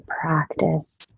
practice